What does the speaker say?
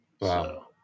Wow